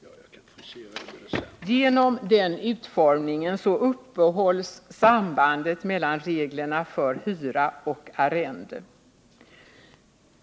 Genom denna utformning uppehålls sambandet mellan reglerna för hyra och arrende.